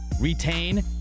retain